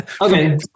okay